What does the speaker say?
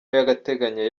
y’agateganyo